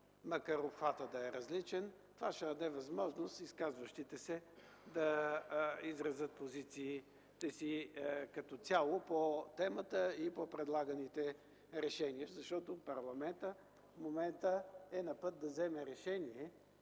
Макар обхватът да е различен, това ще даде възможност на изказващите се да изразят позициите си като цяло по темата и по предлаганите решения, защото в момента парламентът е на път да вземе решение